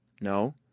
No